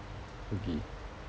okay